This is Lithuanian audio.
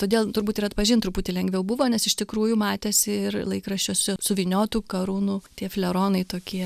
todėl turbūt ir atpažint truputį lengviau buvo nes iš tikrųjų matėsi ir laikraščiose suvyniotų karūnų tiek fleronai tokie